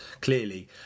clearly